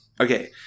Okay